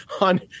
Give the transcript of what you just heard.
on